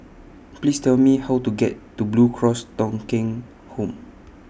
Please Tell Me How to get to Blue Cross Thong Kheng Home